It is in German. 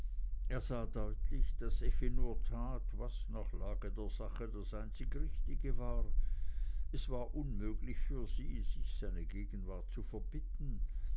er sah deutlich daß effi nur tat was nach lage der sache das einzig richtige war es war unmöglich für sie sich seine gegenwart zu verbitten